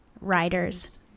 Riders